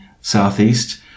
southeast